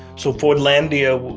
so fordlandia,